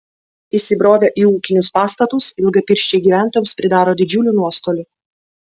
įsibrovę į ūkinius pastatus ilgapirščiai gyventojams pridaro didžiulių nuostolių